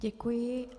Děkuji.